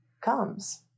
comes